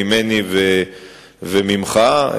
ממני וממך.